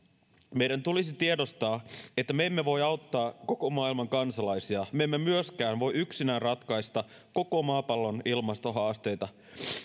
meidän tulisi tiedostaa että me emme voi auttaa koko maailman kansalaisia me emme myöskään voi yksinään ratkaista koko maapallon ilmastohaasteita